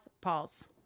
Pauls